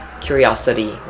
curiosity